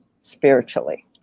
spiritually